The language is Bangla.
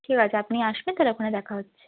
ঠিক আছে আপনি আসবেন তাহলে ওখানে দেখা হচ্ছে